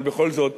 אבל בכל זאת,